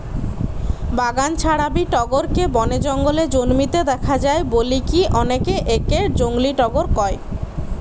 বাগান ছাড়াবি টগরকে বনে জঙ্গলে জন্মিতে দেখা যায় বলিকি অনেকে একে জংলী টগর কয়